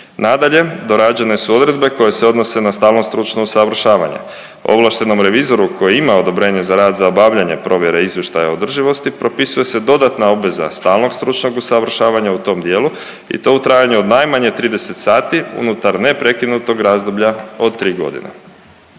Nadalje, dorađene su odredbe koje se odnose na stalno stručno usavršavanje. Ovlaštenom revizoru koji ima odobrenje za rad za obavljanje provjere izvještaja o održivosti propisuje se dodatna obveza stalnog stručnog usavršavanja u tom dijelu i to u trajanju od najmanje 30 sati unutar neprekinutog razdoblja od 3 godine.